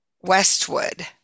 Westwood